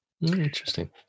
Interesting